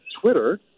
Twitter